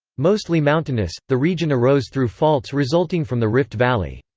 mostly mountainous, the region arose through faults resulting from the rift valley.